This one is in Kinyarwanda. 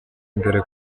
imbere